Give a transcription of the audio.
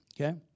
Okay